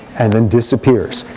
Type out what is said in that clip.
and then disappears.